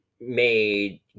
made